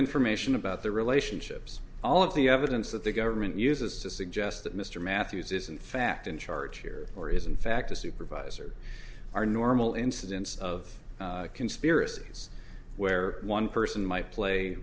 information about the relationships all of the evidence that the government uses to suggest that mr matthews is in fact in charge here or is in fact a supervisor our normal incidence of conspiracies where one person might play